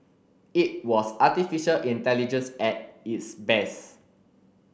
it was artificial intelligence at its best